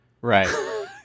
Right